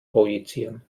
projizieren